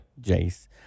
Jace